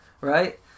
right